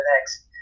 next